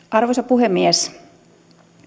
arvoisa puhemies